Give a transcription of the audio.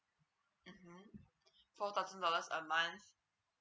mmhmm four thousand dollars a month